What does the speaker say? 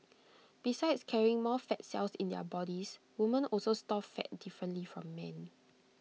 besides carrying more fat cells in their bodies women also store fat differently from men